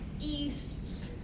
east